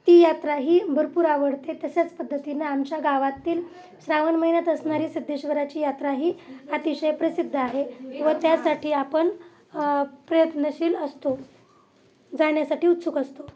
ती यात्रा ही भरपूर आवडते तशाच पद्धतीनं आमच्या गावातील श्रावण महिन्यात असणारी सिद्धेश्वराची यात्रा ही अतिशय प्रसिद्ध आहे व त्यासाठी आपण प्रयत्नशील असतो जाण्यासाठी उत्सुक असतो